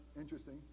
interesting